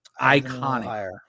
Iconic